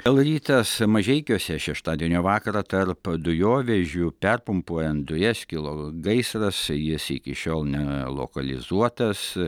lrytas mažeikiuose šeštadienio vakarą tarp dujovežių perpumpuojant dujas kilo gaisras jis iki šiol ne lokalizuotas